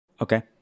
Okay